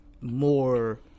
more